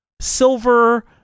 Silver